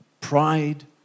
Pride